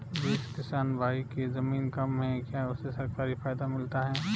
जिस किसान भाई के ज़मीन कम है क्या उसे सरकारी फायदा मिलता है?